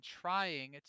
trying